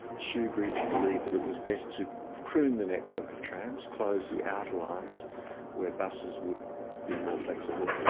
shoebridge, believed that it was best to prune the network of trams, close the outer lines where buses would be more flexible,